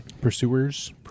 Pursuers